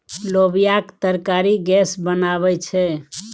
लोबियाक तरकारी गैस बनाबै छै